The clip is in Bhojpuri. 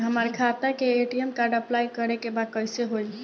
हमार खाता के ए.टी.एम कार्ड अप्लाई करे के बा कैसे होई?